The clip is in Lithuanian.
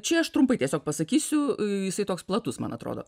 čia aš trumpai tiesiog pasakysiu jisai toks platus man atrodo